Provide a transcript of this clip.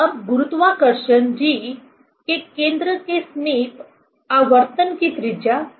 अब गुरुत्वाकर्षण G के केंद्र के समीप आवर्तन की त्रिज्या क्या है